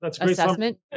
assessment